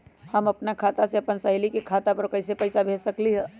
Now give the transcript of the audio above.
हम अपना खाता से अपन सहेली के खाता पर कइसे पैसा भेज सकली ह?